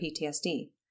PTSD